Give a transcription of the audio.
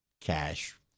cash